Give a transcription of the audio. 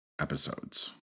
episodes